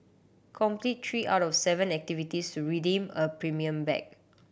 complete three out of seven activities to redeem a premium bag